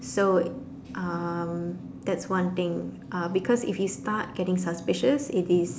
so um that's one thing uh because if you start getting suspicious it is